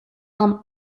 film